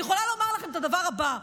אני יכולה לומר לכם את הדבר הבא: